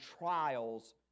trials